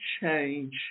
change